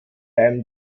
einem